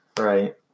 right